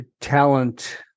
talent